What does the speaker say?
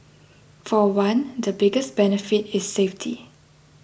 for one the biggest benefit is safety